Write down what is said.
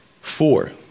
Four